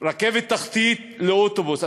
רכבת תחתית לבין אוטובוס,